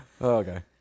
okay